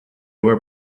were